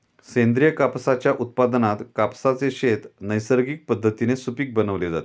सेंद्रिय कापसाच्या उत्पादनात कापसाचे शेत नैसर्गिक पद्धतीने सुपीक बनवले जाते